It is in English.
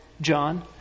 John